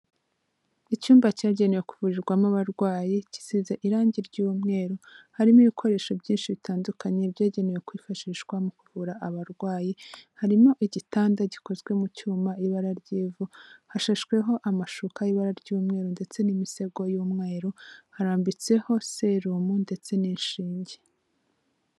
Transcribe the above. Icyumba cyagenewe kuvurirwamo abarwayi gisize irangi ry'umweru, harimo ibikoresho byinshi bitandukanye byagenewe kwifashishwa mu kuvura abarwayi, harimo igitanda gikozwe mu cyuma ibara ry'ivu, hashashweho amashuka y'ibara ry'umweru ndetse n'imisego y'umweru, harambitseho serumu ndetse n'inshinge.